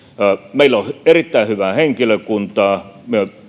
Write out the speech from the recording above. meillä on on erittäin hyvää henkilökuntaa